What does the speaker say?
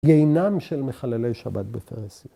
‫גיא הינם של מחללי שבת בפרהסיה.